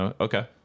Okay